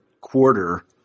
quarter